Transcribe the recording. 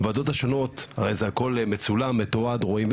בוועדות השונות הרי זה הכל מצולם מתועד רואים,